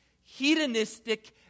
hedonistic